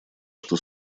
что